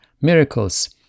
miracles